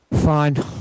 Fine